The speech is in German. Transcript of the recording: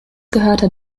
gehörte